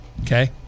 okay